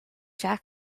jack